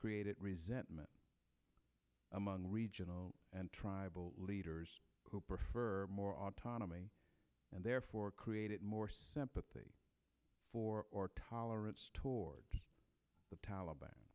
created resentment among regional and tribal leaders who prefer more autonomy and therefore create more sympathy for tolerance toward the taliban